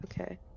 Okay